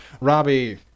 Robbie